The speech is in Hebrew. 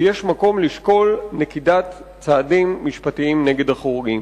ויש מקום לשקול נקיטת צעדים משפטיים נגד החורגים,